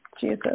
Jesus